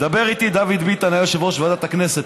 דיבר איתי דוד ביטן, הוא היה יושב-ראש ועדת הכנסת.